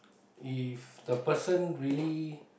if the person really